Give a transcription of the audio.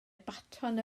baton